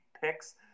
picks